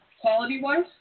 quality-wise